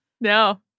No